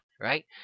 right